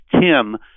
Tim